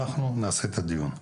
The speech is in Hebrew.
אנחנו נעשה את הדיון.